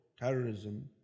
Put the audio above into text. terrorism